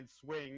swing